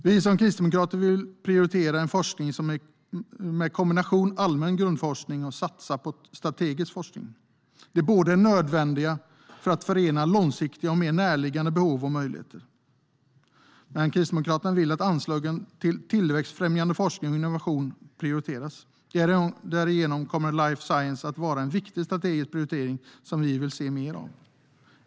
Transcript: Vi kristdemokrater vill prioritera en forskning med kombinationen allmän grundforskning och att satsa på strategisk forskning. De båda är nödvändiga för att förena långsiktiga och mer närliggande behov och möjligheter. Men Kristdemokraterna vill att anslagen till tillväxtfrämjande forskning och innovation prioriteras. Därigenom kommer life science att vara en viktig strategisk prioritering som vi vill se mer av.